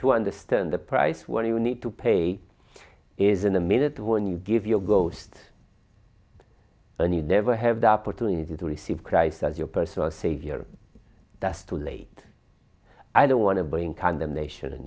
to understand the price when you need to pay isn't a minute when you give your ghost and you never have the opportunity to receive christ as your personal savior that's too late i don't want to bring condemnation